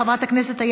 חבר הכנסת מוסי רז,